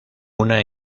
una